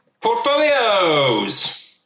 portfolios